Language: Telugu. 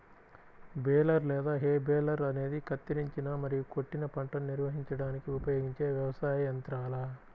బేలర్ లేదా హే బేలర్ అనేది కత్తిరించిన మరియు కొట్టిన పంటను నిర్వహించడానికి ఉపయోగించే వ్యవసాయ యంత్రాల